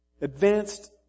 advanced